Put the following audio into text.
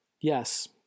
Yes